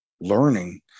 learning